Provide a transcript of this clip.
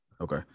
Okay